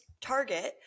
Target